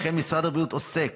לכן, משרד הבריאות עוסק